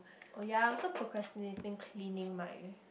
oh ya I'm also procrastinating cleaning my